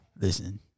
Listen